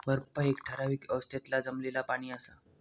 बर्फ एक ठरावीक अवस्थेतला जमलेला पाणि असा